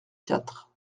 quatre